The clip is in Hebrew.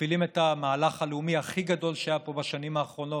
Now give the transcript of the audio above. אנו מפעילים את המהלך הלאומי הכי גדול שהיה פה בשנים האחרונות